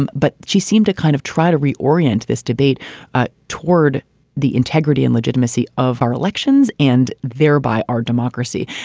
and but she seemed to kind of try to re-orient this debate ah toward the integrity and legitimacy of our elections and thereby our democracy,